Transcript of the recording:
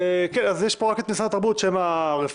אז יש פה רק את משרד התרבות שהם הרפרנט,